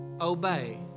obey